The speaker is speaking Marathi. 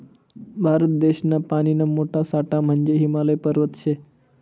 भारत देशना पानीना मोठा साठा म्हंजे हिमालय पर्वत शे